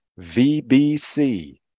VBC